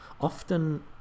often